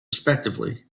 respectively